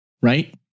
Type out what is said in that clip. right